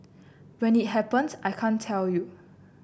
when it happens I can't tell you